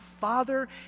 father